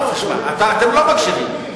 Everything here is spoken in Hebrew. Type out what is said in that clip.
תשמע, אתם לא מקשיבים.